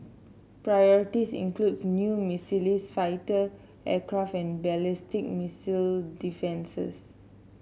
priorities includes new fighter aircraft and ballistic missile defences